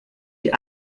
die